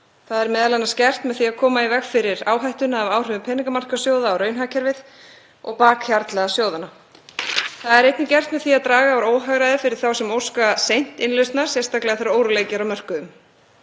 Það er m.a. gert með því að koma í veg fyrir áhættuna af áhrifum peningamarkaðssjóða á raunhagkerfið og á bakhjarla sjóðanna. Það er einnig gert með því að draga úr óhagræði fyrir þá sem óska seint innlausnar, sérstaklega þegar óróleiki er á mörkuðum.